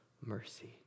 mercy